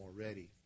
already